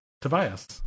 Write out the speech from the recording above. Tobias